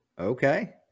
okay